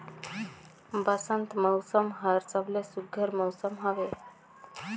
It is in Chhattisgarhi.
बंसत मउसम हर सबले सुग्घर मउसम हवे